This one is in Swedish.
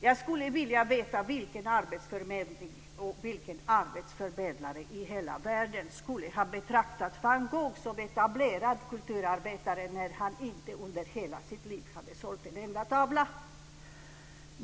Jag skulle vilja veta vilken arbetsförmedling och vilken arbetsförmedlare i hela världen som skulle ha betraktat Van Gogh som en etablerad kulturarbetare när han inte under hela sitt liv hade sålt en enda tavla.